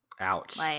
Ouch